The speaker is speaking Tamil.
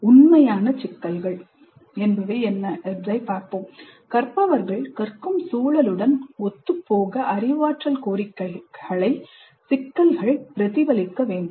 உண்மையான சிக்கல்கள் கற்பவர்கள் கற்கும் சூழலுடன் ஒத்துப்போகும் அறிவாற்றல் கோரிக்கைகளை சிக்கல்கள் பிரதிபலிக்க வேண்டும்